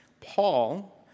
Paul